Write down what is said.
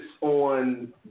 on